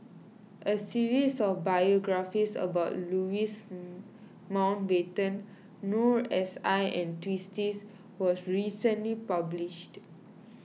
a series of biographies about Louis Mountbatten Noor S I and Twisstii was recently published